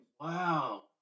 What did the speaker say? Wow